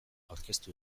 aurkeztu